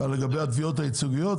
לגבי התביעות הייצוגיות,